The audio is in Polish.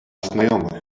znajomych